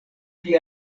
pli